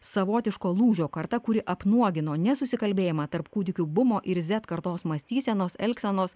savotiško lūžio karta kuri apnuogino nesusikalbėjimą tarp kūdikių bumo ir zet kartos mąstysenos elgsenos